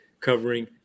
covering